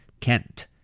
Kent